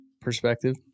perspective